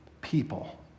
people